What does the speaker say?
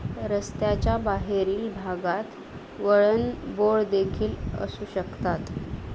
रस्त्याच्या बाहेरील भागात वळण बोळ देखील असू शकतात